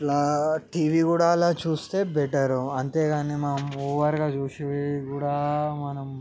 అట్లా టీవీ కూడా అలా చూస్తే బెటరు అంతేకానీ మనం ఓవర్గా చూసి కూడా మనం